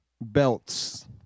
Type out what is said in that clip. belts